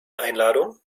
einladung